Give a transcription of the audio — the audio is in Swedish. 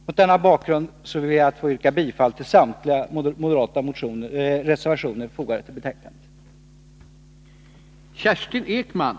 Mot denna bakgrund ber jag att få yrka bifall till samtliga moderata reservationer som är fogade vid betänkandet.